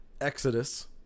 Exodus